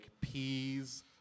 peas